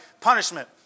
punishment